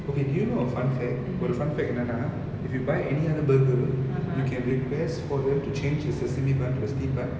okay do you know a fun fact ஒரு:oru fun fact என்னன்னா:ennanna you buy any other burger you can request for them to change the sesame bun to a steamed bun